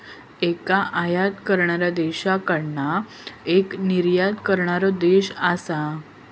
एक आयात करणाऱ्या देशाकडना एक निर्यात करणारो देश असा